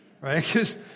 right